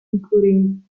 including